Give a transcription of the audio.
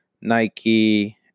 Nike